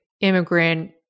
immigrant